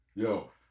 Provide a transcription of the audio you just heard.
Yo